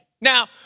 Now